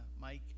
Mike